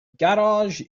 garage